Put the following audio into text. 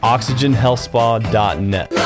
OxygenHealthSpa.net